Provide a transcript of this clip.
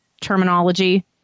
terminology